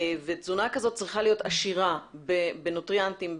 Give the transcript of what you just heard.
ותזונה כזאת צריכה להיות עשירה בנוטריינטים,